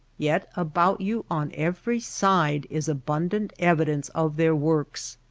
yet about you on every side is abundant evidence of their works.